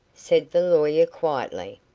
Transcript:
said the lawyer quietly,